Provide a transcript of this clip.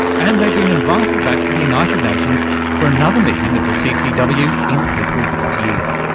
and they've been invited back to the united nations for another meeting of the ccw in april this year.